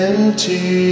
Empty